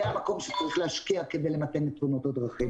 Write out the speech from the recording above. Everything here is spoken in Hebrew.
זה המקום שצריך להשקיע כדי למתן את תאונות הדרכים.